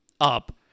up